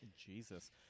Jesus